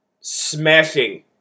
smashing